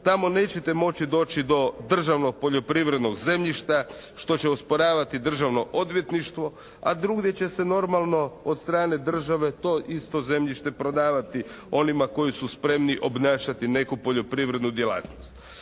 Tamo nećete moći doći do državnog poljoprivrednog zemljišta što će osporavati državno odvjetništvo, a drugdje će se normalno, od strane države to isto zemljište prodavati onima koji su spremni obnašati neku poljoprivrednu djelatnost.